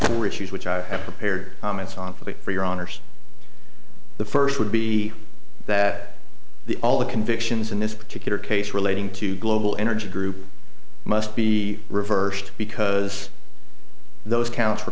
recuse which i have prepared comments on for that for your honour's the first would be that the all the convictions in this particular case relating to global energy group must be reversed because those counts